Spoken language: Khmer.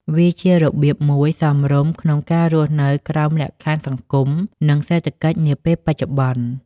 វាជារបៀបមួយសមរម្យក្នុងការរស់នៅក្រោមលក្ខខណ្ឌសង្គម និង សេដ្ឋកិច្ចនាពេលបច្ចុប្បន្ន។